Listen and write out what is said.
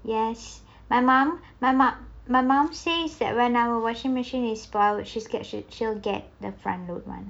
yes my mum my mum my mum says that when our washing machine is spoilt she scared it she'll get the front load one